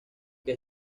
que